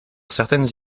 certaines